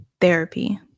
therapy